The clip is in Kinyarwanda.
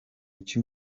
cyo